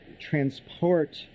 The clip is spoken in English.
transport